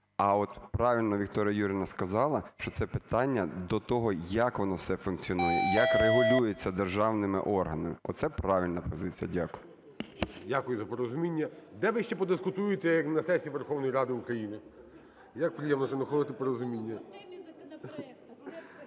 А от правильно Вікторія Юріївна сказала, що це питання до того, як воно все функціонує, як регулюється державними органами. Оце правильна позиція. Дякую. ГОЛОВУЮЧИЙ. Дякую за порозуміння. Де ви ще подискутуєте, як не на сесії Верховної Ради України. Як приємно, що ви знаходите порозуміння.